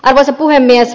arvoisa puhemies